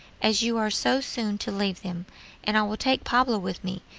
as you are so soon to leave them and i will take pablo with me,